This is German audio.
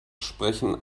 sprechen